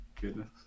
goodness